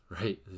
right